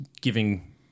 giving